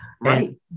Right